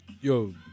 Yo